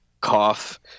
cough